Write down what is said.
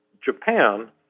Japan